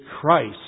Christ